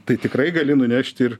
tai tikrai gali nunešti ir